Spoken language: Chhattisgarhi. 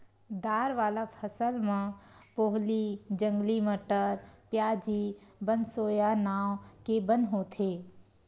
दार वाला फसल म पोहली, जंगली मटर, प्याजी, बनसोया नांव के बन होथे